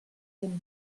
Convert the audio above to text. can